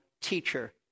teacher